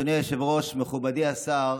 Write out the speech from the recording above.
אדוני היושב-ראש, מכובדי השר,